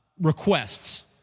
requests